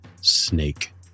snake